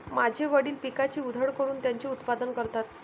माझे वडील पिकाची उधळण करून त्याचे उत्पादन करतात